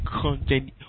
content